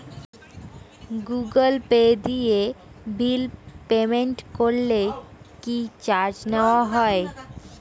Google Pay দিয়ে bill payment করলে কি চার্জ নেওয়া হয়?